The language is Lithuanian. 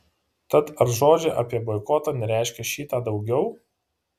tad ar žodžiai apie boikotą nereiškia šį tą daugiau